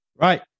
Right